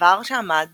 דבר שעמד